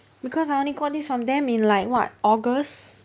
because I only got this from them in like what august